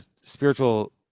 spiritual